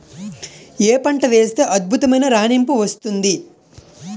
ఏ పంట వేస్తే అద్భుతమైన రాణింపు వస్తుంది?